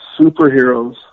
superheroes